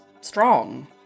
strong